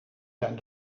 zijn